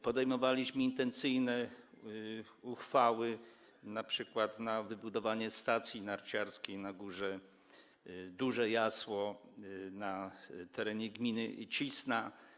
Podejmowaliśmy intencyjne uchwały np. w sprawie wybudowania stacji narciarskiej na górze Duże Jasło na terenie gminy Cisna.